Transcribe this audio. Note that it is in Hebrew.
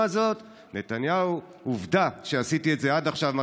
זאת?" נתניהו: "עובדה שעשיתי את זה עד עכשיו".